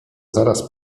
zaraz